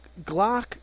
Glock